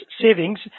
savings